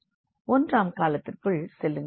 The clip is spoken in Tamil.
எனவே ஒன்றாம் காலத்திற்குள் செல்லுங்கள்